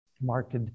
marked